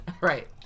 Right